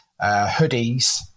hoodies